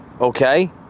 Okay